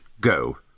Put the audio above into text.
go